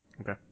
Okay